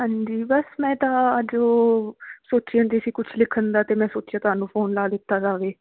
ਹਾਂਜੀ ਬਸ ਮੈਂ ਤਾਂ ਅੱਜ ਉਹ ਸੋਚੀ ਜਾਂਦੀ ਸੀ ਕੁਝ ਲਿਖਣ ਦਾ ਅਤੇ ਮੈਂ ਸੋਚਿਆ ਤੁਹਾਨੂੰ ਫੋਨ ਲਾ ਦਿੱਤਾ ਜਾਵੇ